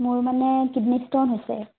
মোৰ মানে kidney stone হৈছে